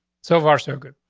so far, so good.